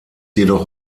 jedoch